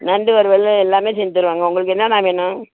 நண்டு வறுவல் எல்லாம் செஞ்சு தருவேன்ங்க உங்களுக்கு என்னென்னா வேணும்